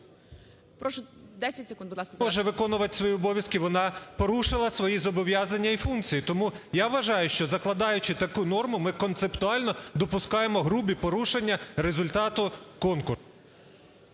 Прошу, 10 секунд, будь ласка, завершити. ЄМЕЦЬ Л.О. …не може виконувати свої обов'язки, вона порушила свої зобов'язання і функції. Тому я вважаю, що, закладаючи таку норму, ми концептуально допускаємо грубі порушення результату конкурсу.